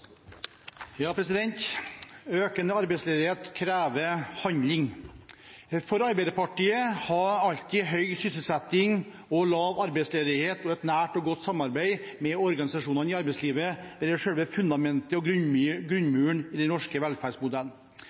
lav arbeidsledighet og et nært og godt samarbeid med organisasjonene i arbeidslivet vært selve fundamentet og grunnmuren i den norske velferdsmodellen.